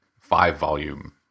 five-volume